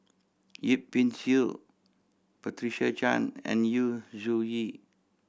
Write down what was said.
Yip Pin Xiu Patricia Chan and Yu Zhuye